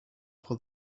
for